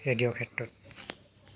ৰেডিঅ'ৰ ক্ষেত্ৰত